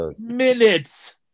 minutes